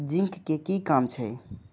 Zinc के कि काम छै?